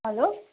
hello